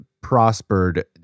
prospered